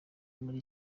muri